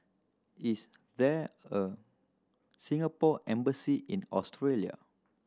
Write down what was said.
is there a Singapore Embassy in Australia